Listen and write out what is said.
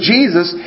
Jesus